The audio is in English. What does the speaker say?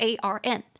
A-R-N